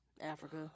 Africa